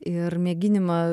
ir mėginimą